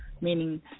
meaning